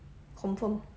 confirm